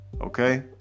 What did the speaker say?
okay